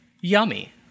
yummy